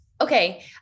Okay